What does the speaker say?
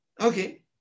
Okay